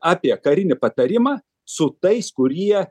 apie karinį patarimą su tais kurie